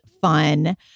fun